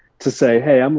to say, hey, um